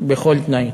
ובכל תנאי.